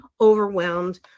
overwhelmed